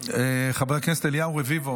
הכנסת, חבר הכנסת אליהו רביבו,